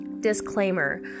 Disclaimer